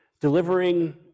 delivering